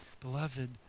Beloved